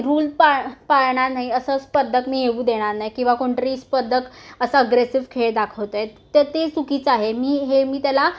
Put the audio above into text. rule पाळ पाळणार नाही असं स्पर्धक मी येऊ देणार नाही किंवा कोणतरी स्पर्धक असं अग्रेसिव्ह खेळ दाखवत आहेत तर ते चुकीचं आहे मी हे मी त्याला